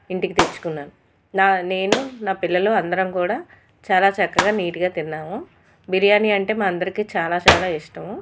ఇంటికి తెచ్చుకున్నాను నా నేను నా పిల్లలు అందరం కూడా చాలా చక్కగా నీట్గా తిన్నాము బిర్యానీ అంటే మా అందరికీ చాలా చాలా ఇష్టము